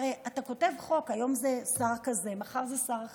הרי אתה כותב חוק, היום זה שר כזה, מחר זה שר אחר.